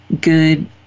good